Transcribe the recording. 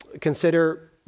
consider